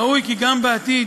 ראוי כי גם בעתיד